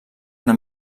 una